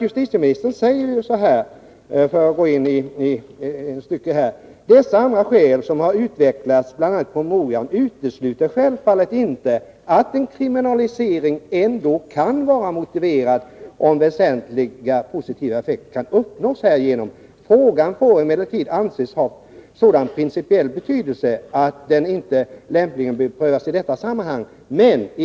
Justitieministern säger bl.a. följande: ”Dessa och andra skäl, som har utvecklats bl.a. i promemoria, utesluter självfallet inte att en kriminalisering ändå kan vara motiverad om väsentliga positiva effekter kan uppnås härigenom. Frågan får emellertid anses ha sådan principiell betydelse att den inte lämpligen bör prövas i detta sammanhang.